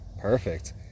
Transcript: Perfect